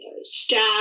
staff